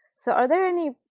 so are there any,